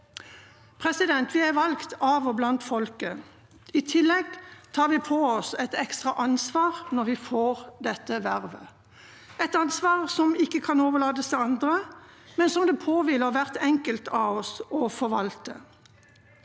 formidabel. Vi er valgt av og blant folket. I tillegg tar vi på oss et ekstra ansvar når vi får dette vervet. Det er et ansvar som ikke kan overlates til andre, men som det påhviler hver enkelt av oss å forvalte.